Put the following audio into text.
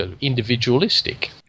individualistic